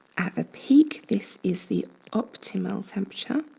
at the peak, this is the optimal temperature.